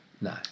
No